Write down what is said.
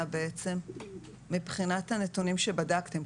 מבחינת הנתונים שבדקתם,